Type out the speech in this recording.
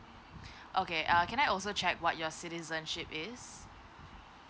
okay err can I also check what your citizenship is